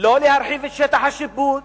להרחיב את שטח השיפוט